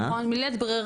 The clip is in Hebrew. נכון?